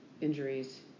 injuries